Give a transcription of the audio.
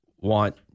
want